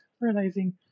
realizing